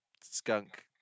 skunk